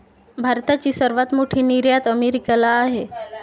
भारताची सर्वात मोठी निर्यात अमेरिकेला आहे